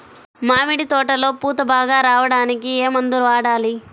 మామిడి తోటలో పూత బాగా రావడానికి ఏ మందు వాడాలి?